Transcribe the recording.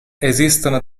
esistono